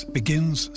begins